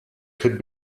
could